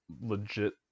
legit